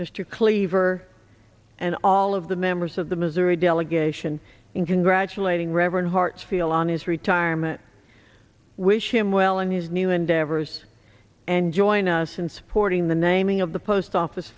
mr cleaver and all of the members of the missouri delegation in congratulating reverend hartsfield on his retirement wish him well in his new endeavors and join us in supporting the naming of the post office